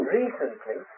recently